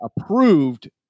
approved